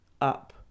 up